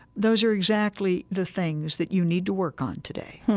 those are exactly the things that you need to work on today